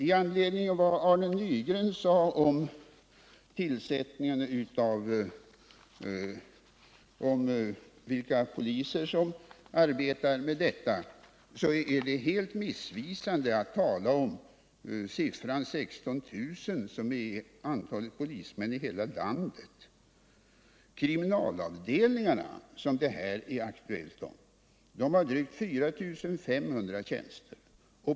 Med anledning av vad Arne Nygren sade om hur många poliser som arbetar med bekämpandet av den ekonomiska brottsligheten vill jag framhålla att det är helt missvisande att tala om 16 000, som är antalet polismän i hela landet. Kriminalavdelningarna, som är aktuella i det här fallet, har drygt 4500 tjänster.